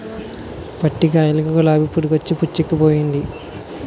పత్తి కాయలకి గులాబి పురుగొచ్చి పుచ్చిపోయింది